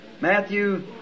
Matthew